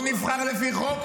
הוא נבחר לפי חוק.